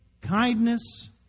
kindness